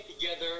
together